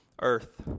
earth